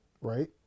right